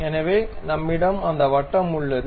எனவே நம்மிடம் அந்த வட்டம் உள்ளது